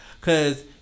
Cause